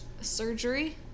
Surgery